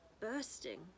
bursting